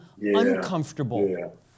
uncomfortable